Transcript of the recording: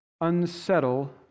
unsettle